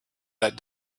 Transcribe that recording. that